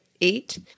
Eight